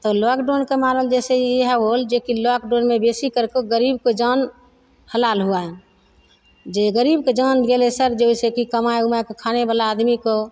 तऽ लॉकडाउनके मारल जैसे इएह होल जेकि लॉकडाउनमे बेसी करके गरीबके जान हलाल हुए जे गरीबके जान गेलय सब जैसे कि कमाय उमायके खानेवला आदमीके